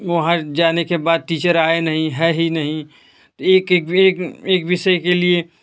वहाँ जाने के बाद टीचर आए नहीं है ही नहीं तो एक एक एक वेक एक विषय के लिए